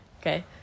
Okay